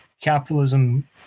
capitalism